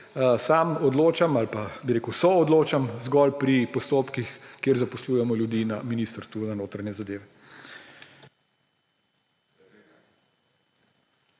Sam odločam ali pa soodločam zgolj pri postopkih, kjer zaposlujemo ljudi na Ministrstvu za notranje zadeve.